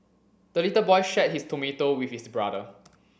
the little boy shared his tomato with his brother